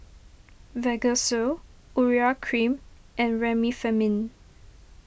Vagisil Urea Cream and Remifemin